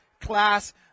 class